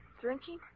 Drinking